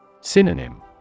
Synonym